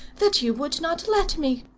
that you would not let me.